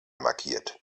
markiert